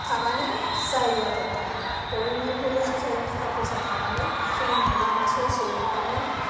थाबानो जायो आरो दा बयनिबो आखाइयाव थाखा फैसा थाबानो सोरनिबा लामा ससेबानो